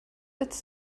its